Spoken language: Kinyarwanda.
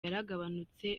yaragabanutse